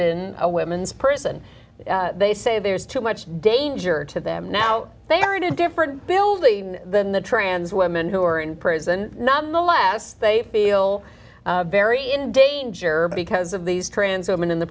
in a women's prison they say there's too much danger to them now they are in a different building than the trans women who are in prison nonetheless they feel very in danger because of these trans women in the